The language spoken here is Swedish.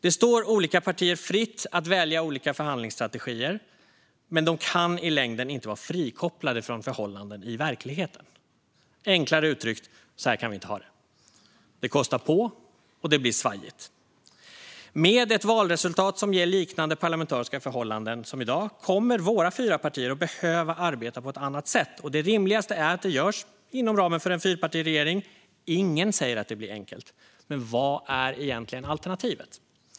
Det står olika partier fritt att välja olika förhandlingsstrategier, men de kan i längden inte vara frikopplade från förhållanden i verkligheten. Enklare uttryckt: Så här kan vi inte ha det. Det kostar på, och det blir svajigt. Med ett valresultat som ger parlamentariska förhållanden liknande dem i dag kommer våra fyra partier att behöva arbeta på ett annat sätt, och det rimligaste är att det görs inom ramen för en fyrpartiregering. Ingen säger att det blir enkelt, men vad är egentligen alternativet?